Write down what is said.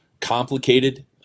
complicated